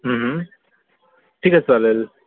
ठीकए चालेल